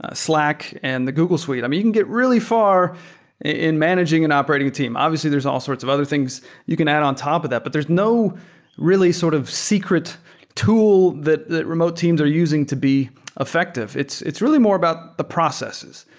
ah slack and the google suite. i mean, you can get really far in managing and operating a team. obviously, there're all sorts of other things you can add on top of that, but there's no really sort of secret tool that that remote teams are using to be effective. it's it's really more about the processes,